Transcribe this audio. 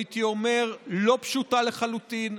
הייתי אומר, לא פשוטה לחלוטין,